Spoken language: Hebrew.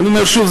ואני אומר שוב,